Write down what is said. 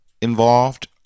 involved